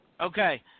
Okay